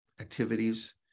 activities